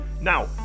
now